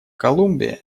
колумбия